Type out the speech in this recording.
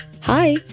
Hi